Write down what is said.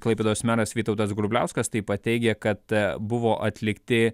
klaipėdos meras vytautas grubliauskas taip pat teigė kad buvo atlikti